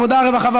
אני בעד.